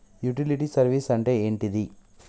Utility service అంటే ఏంటిది?